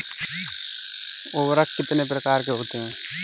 उर्वरक कितने प्रकार के होते हैं?